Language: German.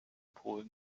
polen